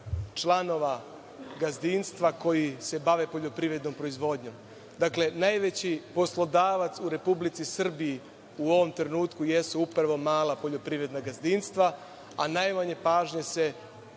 članova gazdinstava koji se bave poljoprivrednom proizvodnjom. Dakle, najveći poslodavac u Republici Srbiji jesu upravo mala poljoprivredna gazdinstva, a najmanje pažnje se